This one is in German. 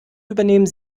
übernehmen